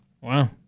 Wow